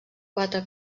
quatre